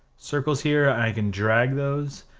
circles here, i can drag those,